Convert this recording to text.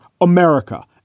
America